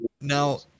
Now